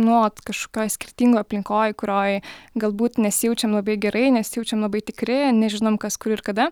nuolat kažką skirtingo aplinkoj kurioj galbūt nesijaučiam labai gerai nesijaučiam labai tikri nežinom kas kur ir kada